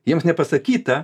jiems nepasakyta